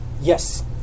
Yes